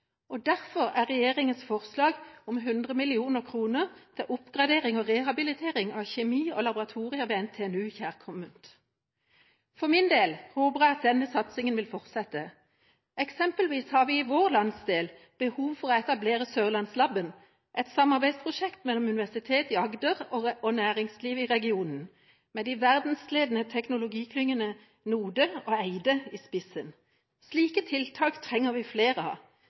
Derfor er regjeringas forslag om 100 mill. kr til oppgradering og rehabilitering av kjemibygg og laboratorier til NTNU kjærkomment. For min del håper jeg at denne satsingen vil fortsette. Eksempelvis har vi i vår landsdel behov for å etablere Sørlandslabben, et samarbeidsprosjekt mellom Universitetet i Agder og næringslivet i regionen med de verdensledende teknologiklyngene NODE og EYDE i spissen. Slike tiltak trenger vi flere